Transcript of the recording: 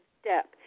step